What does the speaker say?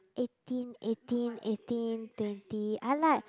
eighteen eighteen eighteen twenty I like